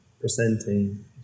presenting